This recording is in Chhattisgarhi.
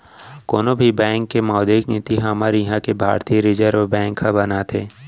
कोनो भी बेंक के मौद्रिक नीति हमर इहाँ के भारतीय रिर्जव बेंक ह बनाथे